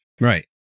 Right